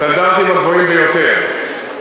בסטנדרטים הגבוהים ביותר.